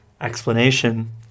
Explanation